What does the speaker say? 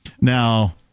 Now